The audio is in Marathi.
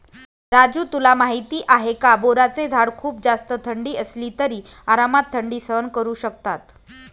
राजू तुला माहिती आहे का? बोराचे झाड खूप जास्त थंडी असली तरी आरामात थंडी सहन करू शकतात